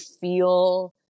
feel –